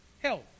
Health